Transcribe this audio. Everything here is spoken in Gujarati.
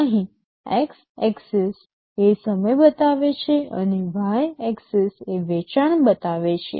અહીં એક્સ ઍક્સિસ એ સમય બતાવે છે અને વાય ઍક્સિસ એ વેચાણ બતાવે છે